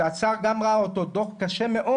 שהשר גם ראה אותו, דו"ח קשה מאוד.